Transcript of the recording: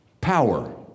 power